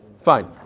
Fine